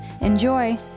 Enjoy